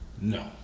No